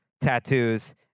tattoos